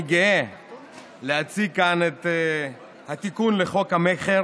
אני גאה להציג כאן את התיקון לחוק המכר